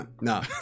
No